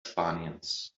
spaniens